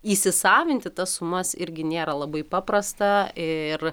įsisavinti tas sumas irgi nėra labai paprasta ir